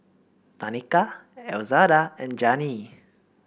Tanika Elzada and Janey